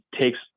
takes